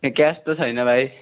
cash त छैन भाइ